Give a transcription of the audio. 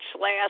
last